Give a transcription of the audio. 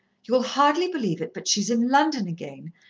you'll hardly believe it, but she's in london again,